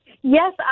Yes